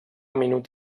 minut